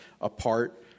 Apart